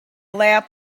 lab